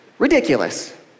Ridiculous